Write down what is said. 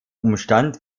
umstand